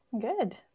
Good